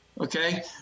Okay